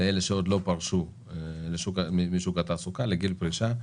לאלה שעוד לא פרשו משוק התעסוקה, לגיל פרישה,